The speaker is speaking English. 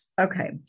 Okay